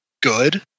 good